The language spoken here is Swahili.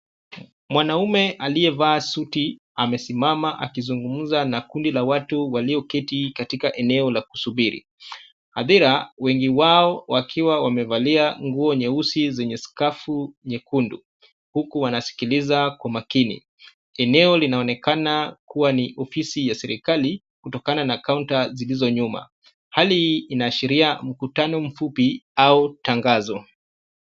Mwanaume aliyevaa suti amesimama akizungumza na kundi la watu walio keti katika eneo la kusubiri. Hadhira wengi wao wakiwa wamevalia nguo nyeusi zenye skafu nyekundu. Huku wanasikiliza kwa makini. Eneo linaonekana kuwa ni ofisi ya serikali, kutokana na kaunta zilizo nyuma. Hali hii inaashiria mkutano mfupi au tangazo.